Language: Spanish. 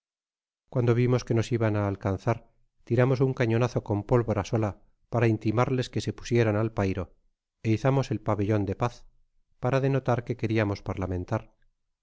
cuando vimos que nos iban á alcanzar tiramos un cañonazo con pólvora sola para intimarles que se pusieran al pairo é izamos el pabellon de paz para denotar que queriamos parlamentar